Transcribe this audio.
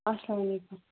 اَسلامُ علیکُم